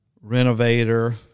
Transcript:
renovator